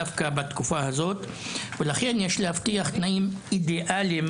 דווקא בתקופה הזאת ולכן יש להבטיח תנאים אידיאליים,